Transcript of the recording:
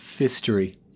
history